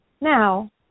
Now